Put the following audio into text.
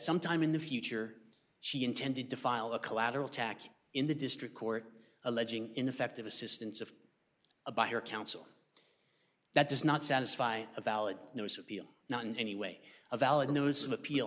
sometime in the future she intended to file a collateral tax in the district court alleging ineffective assistance of a buyer council that does not satisfy a valid no subpoena not in any way a valid notice of appeal